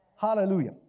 hallelujah